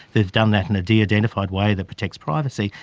they've done that in a de-identified way that protects privacy.